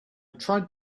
tried